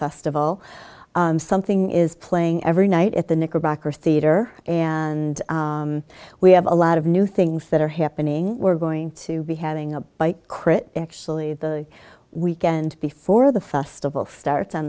festival something is playing every night at the knickerbocker theater and we have a lot of new things that are happening we're going to be having a bike krit actually the weekend before the festival starts on